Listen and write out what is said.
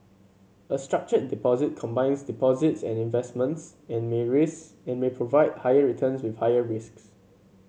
a structured deposit combines deposits and investments and may raise and may provide higher returns with higher risks